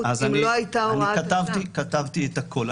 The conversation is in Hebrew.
אם לא הייתה הוראה --- כתבתי את הכול.